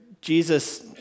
Jesus